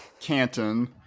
canton